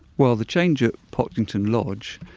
well the change at pocklington lodge,